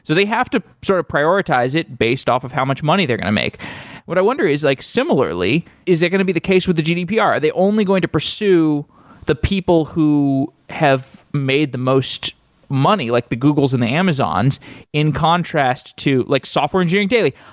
so they have to sort of prioritize it based off of how much money they're going to make what i wonder is like similarly, is it going to be the case with the gdpr? are they only going to pursue the people who have made the most money, like the googles and the amazons in contrast to like software engineering daily?